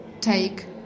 take